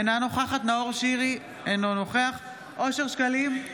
אינה נוכחת נאור שירי, אינו נוכח אושר שקלים,